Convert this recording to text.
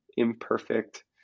imperfect